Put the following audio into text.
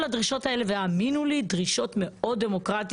אני רק רוצה להוסיף משפט אחד אחרון.